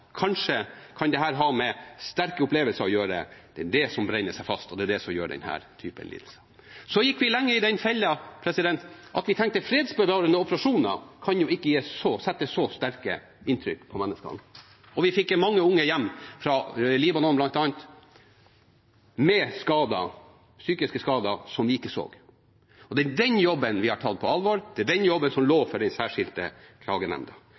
ha med sterke opplevelser å gjøre – det er det som brenner seg fast, og det er det som fører til denne typen lidelser. Så gikk vi lenge i den fella at vi tenkte at fredsbevarende operasjoner ikke kan gjøre så sterke inntrykk på mennesker, og vi fikk mange unge hjem fra bl.a. Libanon med psykiske skader som vi ikke så. Det er den jobben vi har tatt på alvor; det er den jobben som forelå for den særskilte klagenemnda.